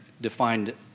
defined